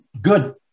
good